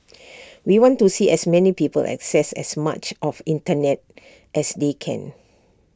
we want to see as many people access as much of Internet as they can